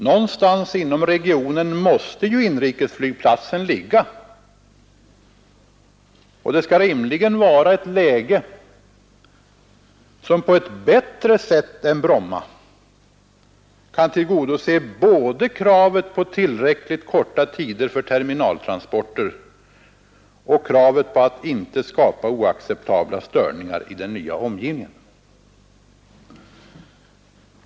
Någonstans inom regionen måste ju inrikesflygplatsen ligga, och det skall rimligen vara ett läge som på ett bättre sätt än Bromma kan tillgodose både kravet på tillräckligt korta tider för terminaltransporter och kravet på att inte skapa oacceptabla störningar i den nya omgivningen.